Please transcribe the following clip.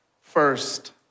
First